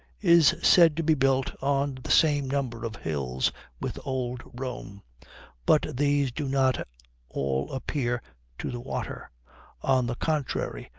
is said to be built on the same number of hills with old rome but these do not all appear to the water on the contrary,